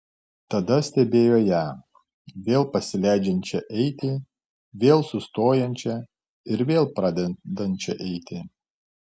tada stebėjo ją vėl pasileidžiančią eiti vėl sustojančią ir vėl pradedančią eiti